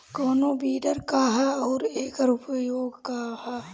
कोनो विडर का ह अउर एकर उपयोग का ह?